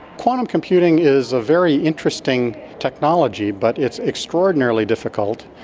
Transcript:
quantum computing is a very interesting technology but it's extraordinarily difficult,